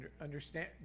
Understand